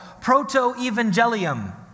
Proto-Evangelium